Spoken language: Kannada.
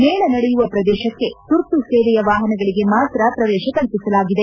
ಮೇಳ ನಡೆಯುವ ಪ್ರದೇಶಕ್ಕೆ ತುರ್ತು ಸೇವೆಯ ವಾಹನಗಳಗೆ ಮಾತ್ರ ಪ್ರವೇಶ ಕಲ್ಪಿಸಲಾಗಿದೆ